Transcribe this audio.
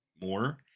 more